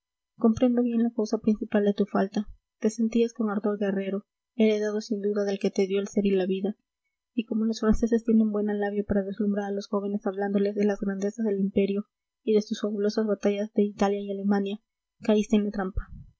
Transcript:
comprendo bien la causa principal de tu falta te sentías con ardor guerrero heredado sin duda del que te dio el ser y la vida y como los franceses tienen buena labia para deslumbrar a los jóvenes hablándoles de las grandezas del imperio y de sus fabulosas batallas de italia y alemania caíste en la trampa